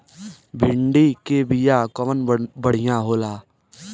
भिंडी के बिया कवन बढ़ियां होला?